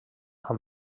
amb